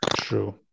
True